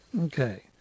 Okay